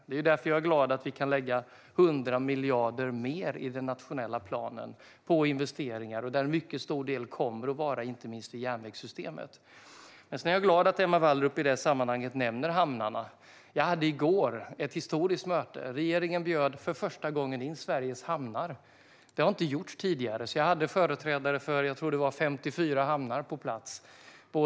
Det är därför som jag är glad över att vi kan lägga 100 miljarder mer i den nationella planen på investeringar, där en mycket stor del kommer att ske i inte minst järnvägssystemet. I detta sammanhang är jag glad över att Emma Wallrup nämner hamnarna. Jag hade i går ett historiskt möte. Regeringen bjöd för första gången in Sveriges hamnar. Det har inte gjorts tidigare. Jag tror att det var företrädare för 54 hamnar på plats.